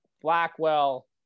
blackwell